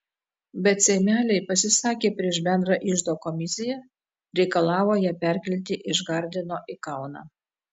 bet seimeliai pasisakė prieš bendrą iždo komisiją reikalavo ją perkelti iš gardino į kauną